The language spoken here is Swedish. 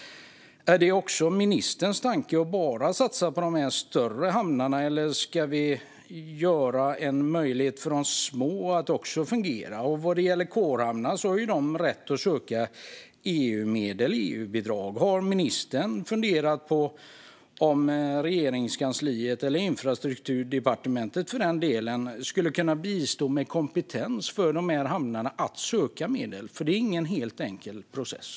Är det också ministerns tanke att bara satsa på de större hamnarna? Eller ska vi också göra det möjligt för de små att fungera? Corehamnar har rätt att söka EU-medel. Har ministern funderat på om Regeringskansliet eller Infrastrukturdepartementet skulle kunna bistå hamnarna med kompetens för att söka dessa medel? Det är nämligen ingen helt enkel process.